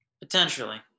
Potentially